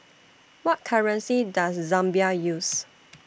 What currency Does Zambia use